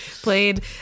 played